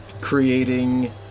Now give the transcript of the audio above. creating